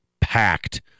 packed